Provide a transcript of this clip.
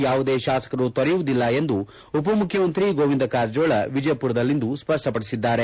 ಯಾವುದೇ ಶಾಸಕರು ತೊರೆಯುವುದಿಲ್ಲ ಎಂದು ಉಪಮುಖ್ಯಮಂತ್ರಿ ಗೋವಿಂದ ಕಾರಜೋಳ ವಿಜಯಪುರದಲ್ಲಿಂದು ಸ್ವಷ್ವಪಡಿಸಿದ್ದಾರೆ